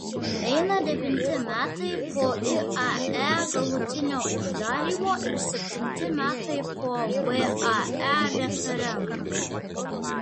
eina devinti metai po iae galutinio uždarymo ir septinti metai po vae referendumo